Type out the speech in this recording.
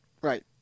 Right